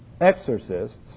exorcists